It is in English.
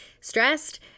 stressed